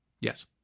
Yes